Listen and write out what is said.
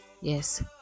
yes